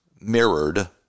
mirrored